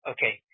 Okay